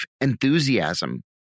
enthusiasm